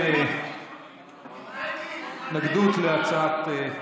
נורבגית, זמנך עבר.